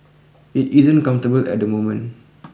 it isn't comfortable at the moment